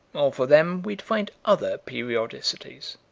or for them we'd find other periodicities.